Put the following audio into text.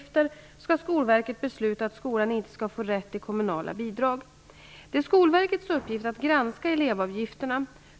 Skolverket besluta att skolan inte skall få rätt till kommunala bidrag. Det är Skolverkets uppgift att granska elevavgifterna.